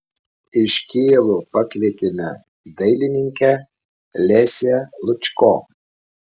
iš kijevo pakvietėme dailininkę lesią lučko